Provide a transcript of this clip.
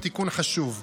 הוא תיקון חשוב.